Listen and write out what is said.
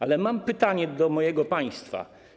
Ale mam pytanie do mojego państwa.